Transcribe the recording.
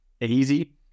easy